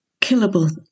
killable